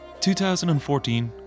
2014